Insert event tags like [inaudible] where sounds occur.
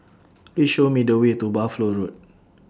[noise] Please Show Me The Way to Buffalo Road